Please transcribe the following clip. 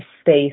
space